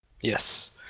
Yes